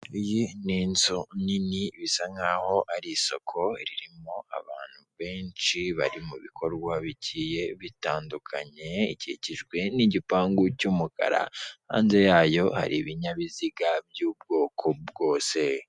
Iyi ni inzu nini bisa nk'aho ari isoko ririmo abantu benshi bari mubi bikorwa bigiye bitandukanye, ikikijwe n'igipangu cy'umukara hanze yayo hari ibinyabiziga by'ubwoko bwose.